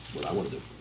what i wanna do.